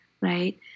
right